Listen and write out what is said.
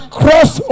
cross